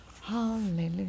Hallelujah